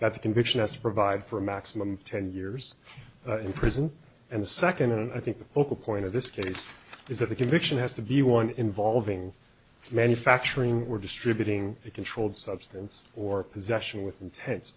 the conviction has to provide for a maximum of ten years in prison and the second and i think the focal point of this case is that the conviction has to be one involving manufacturing we're distributing a controlled substance or possession with inten